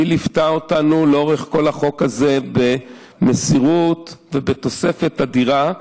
שליוותה אותנו לאורך כל החוק הזה במסירות ובתוספת אדירה.